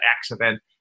accident